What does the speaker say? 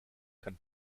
kann